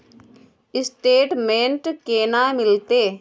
Statement केना मिलते?